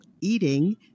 eating